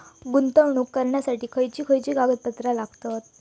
गुंतवणूक करण्यासाठी खयची खयची कागदपत्रा लागतात?